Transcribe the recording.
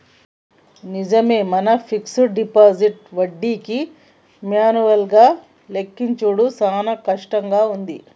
నిజమే మన fixed deposit వడ్డీకి మాన్యువల్ గా లెక్కించుడు సాన కట్టంగా ఉంది